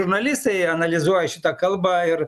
žurnalistai analizuoja šitą kalbą ir